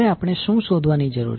હવે આપણે શું શોધવાની જરૂર છે